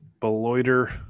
Beloiter